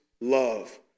love